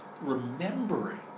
remembering